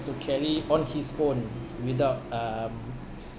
to carry on his own without um